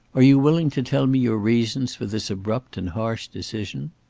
are you willing to tell me your reasons for this abrupt and harsh decision?